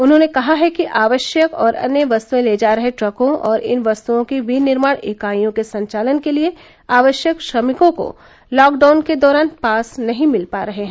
उन्होंने कहा है कि आवश्यक और अन्य वस्तुएं ले जा रहे ट्रकों और इन वस्तुओं की विनिर्माण इकाइयों के संचालन के लिए आवश्यक श्रमिकों को लॉकडाउन के दौरान पास नहीं मिल पॉ रहे हैं